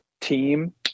team